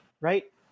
Right